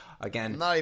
Again